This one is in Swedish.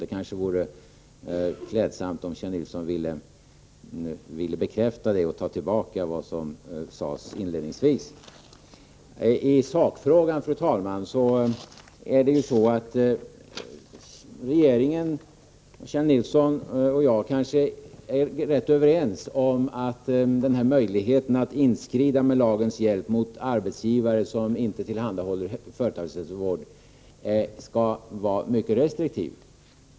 Det vore kanske klädsamt om Kjell Nilsson ville bekräfta det och ta tillbaka vad som sades inledningsvis. I sakfrågan, fru talman, är regeringen, Kjell Nilsson och jag kanske rätt överens om att denna möjlighet att inskrida med lagens hjälp mot arbetsgivare som inte tillhandahåller företagshälsovård skall vara mycket restriktiv.